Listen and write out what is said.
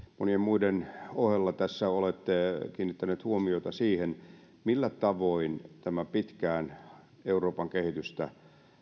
monien muiden ohella tässä olette kiinnittänyt huomiota siihen millä tavoin tätä pitkään euroopan kehitystä